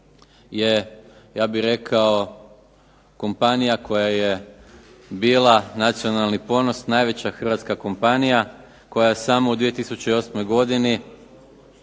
je ja bih rekao kompanija koja je bila nacionalni ponos, najveća hrvatska kompanija, koja je samo u 2008. godini